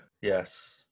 Yes